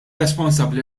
responsabbli